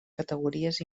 categories